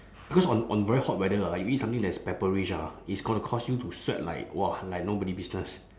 cause on on very hot weather ah you eat something that is pepperish ah it's gonna cause you to sweat like !wah! like nobody business